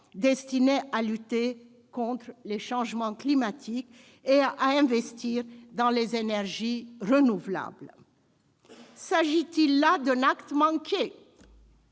destiné à lutter contre les changements climatiques et à investir dans les énergies renouvelables. S'agit-il d'un acte manqué ?